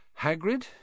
Hagrid